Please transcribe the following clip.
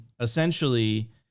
essentially